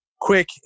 quick